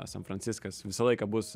san franciskas visą laiką bus